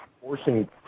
forcing